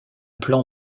plan